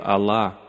Allah